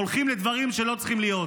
הולכים לדברים שלא צריכים להיות.